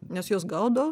nes juos gaudo